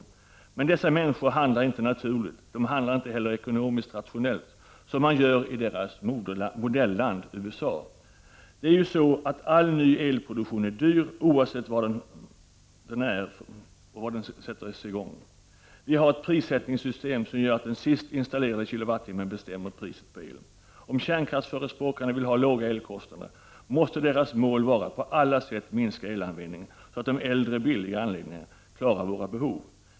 Men människorna inom denna kärnkraftsjunta handlar inte naturligt, och de handlar inte heller ekonomiskt rationellt, som man gör i deras modelland USA. All ny elproduktion är dyr, oavsett vad det är för produktion och var produktionen sker. Sverige har ett prissättningssystem som innebär att den sist installerade kilowattimmen bestämmer priset på elkraften. Om kärnkraftsförespråkarna vill ha låga elkostnader måste deras mål vara att på alla sätt minska elanvändningen, så att de äldre och billigare anläggningarna klarar Sveriges behov.